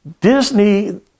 Disney